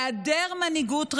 בהיעדר מנהיגות ראויה,